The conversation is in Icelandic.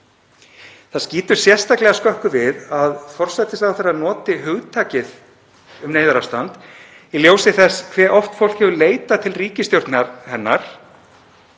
Það skýtur sérstaklega skökku við að forsætisráðherra noti hugtakið neyðarástand í ljósi þess hve oft fólk hefur leitað til ríkisstjórnar hennar